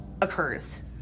occurs